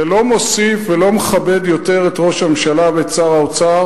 זה לא מוסיף ולא מכבד יותר את ראש הממשלה ואת שר האוצר,